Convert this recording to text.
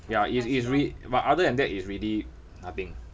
ya it's it's rea~ but other than that it's really nothing